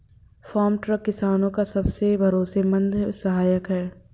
farm truck किसानो का सबसे भरोसेमंद सहायक है